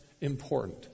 important